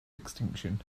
extinction